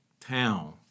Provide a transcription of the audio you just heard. town